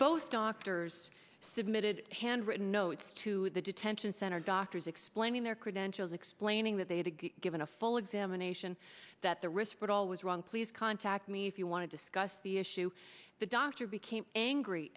both doctors submitted handwritten notes to the detention center doctors explaining their credentials explaining that they to get given a full examination that the risk but always wrong please contact me if you want to discuss the issue the doctor became angry